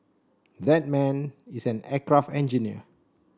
that man is an aircraft engineer